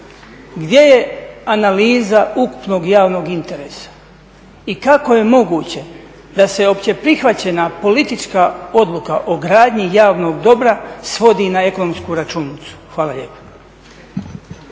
Gdje je analiza ukupnog javnog interesa i kako je moguće da se opće prihvaćena politička odluka o gradnji javnog dobra svodi na ekonomsku računicu. Hvala lijepa.